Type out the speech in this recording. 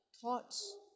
thoughts